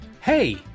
Hey